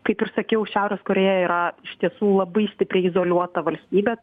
kaip ir sakiau šiaurės korėja yra iš tiesų labai stipriai izoliuota valstybė